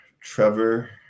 Trevor